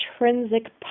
intrinsic